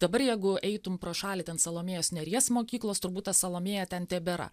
dabar jeigu eitum pro šalį ten salomėjos nėries mokyklos turbūt ta salomėja ten tebėra